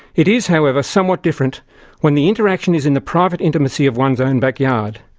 it is, however, somehow different when the interaction is in the private intimacy of one's ah and backyard.